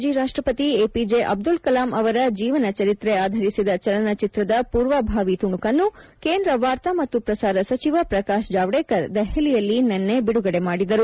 ಮಾಜಿ ರಾಷ್ಷಪತಿ ಎಪಿಜೆ ಅಬ್ಲುಲ್ ಕಲಾಂ ಅವರ ಜೀವನ ಚರಿತ್ರೆ ಆಧರಿಸಿದ ಚಲನಚಿತ್ರದ ಪೂರ್ವಭಾವಿ ತುಣುಕನ್ನು ಕೇಂದ್ರ ವಾರ್ತಾ ಮತ್ತು ಪ್ರಸಾರ ಸಚಿವ ಪ್ರಕಾತ್ ಜಾವಡೇಕರ್ ದೆಹಲಿಯಲ್ಲಿ ನಿನ್ನೆ ಬಿಡುಗಡೆ ಮಾಡಿದರು